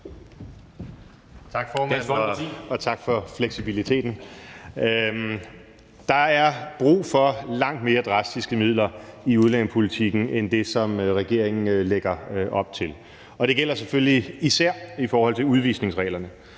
Tak, formand, og tak for fleksibiliteten. Der er brug for langt mere drastiske midler i udlændingepolitikken end det, som regeringen lægger op til. Og det gælder selvfølgelig især i forhold til udvisningsreglerne.